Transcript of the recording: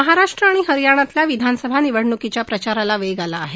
महाराष्ट्र आणि हरियाणातल्या विधानसभा निवडणूकीचा प्रचाराला वेग आला आहे